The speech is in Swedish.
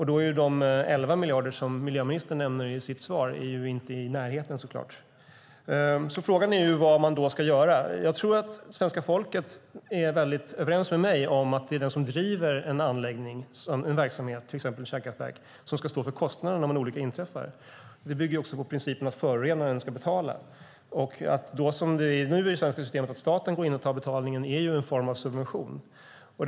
Då är de 11 miljarder som miljöministern nämner i sitt svar inte i närheten. Frågan är vad man ska göra. Jag tror att svenska folket är överens med mig om att det är den som driver en verksamhet, till exempel ett kärnkraftverk, som ska stå för kostnaderna om en olycka inträffar. Det bygger också på principen att förorenaren ska betala. Att staten då går in och tar betalningen, som det är nu i det svenska systemet, är ju en form av subvention.